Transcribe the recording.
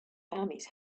armies